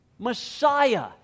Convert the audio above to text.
Messiah